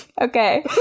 Okay